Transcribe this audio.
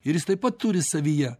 ir jis taip pat turi savyje